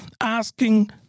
asking